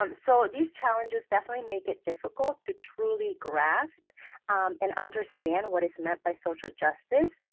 um so these challenges definitely make it difficult to truly grasp and understand what is meant by social justice,